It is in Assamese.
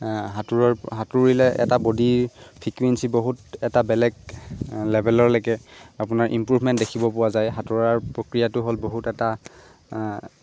সাঁতোৰৰ সাঁতুৰিলে এটা বডীৰ ফিকুৱেঞ্চি বহুত এটা বেলেগ লেভেলৰলৈকে আপোনাৰ ইমপ্ৰুভমেণ্ট দেখিব পোৱা যায় সাঁতোৰাৰ প্ৰক্ৰিয়াটো হ'ল বহুত এটা